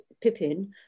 Pippin